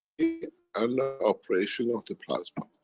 the and operation of the plasma.